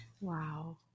Wow